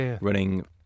running